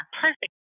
perfect